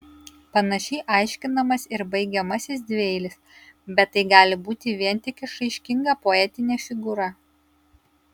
panašiai aiškinamas ir baigiamasis dvieilis bet tai gali būti vien tik išraiškinga poetinė figūra